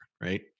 right